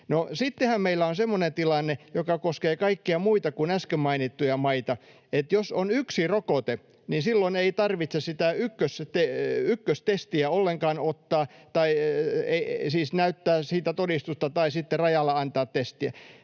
sittenhän meillä on semmoinen tilanne, joka koskee kaikkia muita kuin äsken mainittuja maita, että jos on yksi rokote, niin silloin ei tarvitse sitä ykköstestiä ollenkaan ottaa tai siis näyttää siitä todistusta tai sitten rajalla antaa testiä.